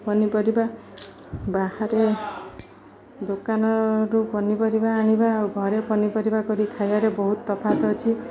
ପନିପରିବା ବାହାରେ ଦୋକାନରୁ ପନିପରିବା ଆଣିବା ଆଉ ଘରେ ପନିପରିବା କରି ଖାଇବାରେ ବହୁତ ତଫାତ ଅଛି